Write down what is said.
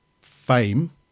fame